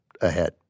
ahead